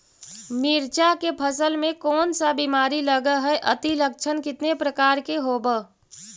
मीरचा के फसल मे कोन सा बीमारी लगहय, अती लक्षण कितने प्रकार के होब?